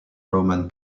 roman